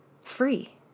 free